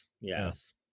Yes